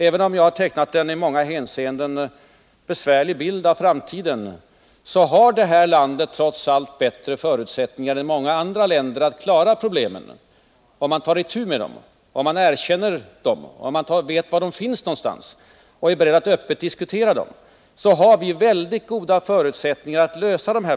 Även om jag har tecknat en i många hänseenden besvärlig bild av framtiden, så anser jag att det här landet trots allt har bättre förutsättningar än många andra länder att klara problemen, om man tar itu med dem, om man erkänner dem, om man vet var de finns någonstans och är beredd att öppet diskutera dem. I så fall har vi väldigt goda förutsättningar att lösa problemen.